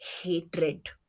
hatred